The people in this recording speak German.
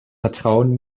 vertrauen